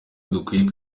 dukwiye